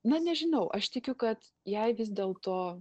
na nežinau aš tikiu kad jei vis dėlto